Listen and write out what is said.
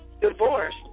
divorce